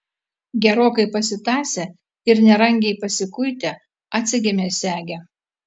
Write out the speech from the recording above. gerokai pasitąsę ir nerangiai pasikuitę atsegėme segę